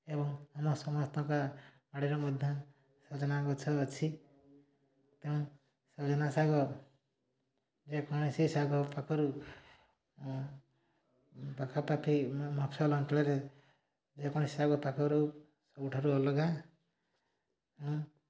ଏବଂ ଆମ ସମସ୍ତଙ୍କ ବାଡ଼ିରେ ମଧ୍ୟ ସଜନା ଗଛ ଅଛି ତେଣୁ ସଜନା ଶାଗ ଯେକୌଣସି ଶାଗ ପାଖରୁ ପାଖାପାଖି ମଫ୍ସଲ ଅଞ୍ଚଳରେ ଯେକୌଣସି ଶାଗ ପାଖରୁ ସବୁଠାରୁ ଅଲଗା